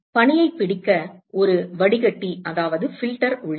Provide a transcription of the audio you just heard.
எனவே பனியைப் பிடிக்க ஒரு வடிகட்டி உள்ளது